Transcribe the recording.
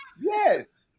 yes